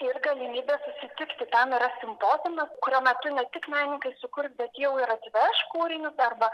ir galimybes susitikti tam yra simpoziumas kurio metu ne tik menininkai sukurs bet jau ir atveš kūrinius arba